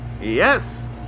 Yes